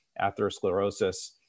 atherosclerosis